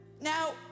Now